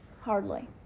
Hardly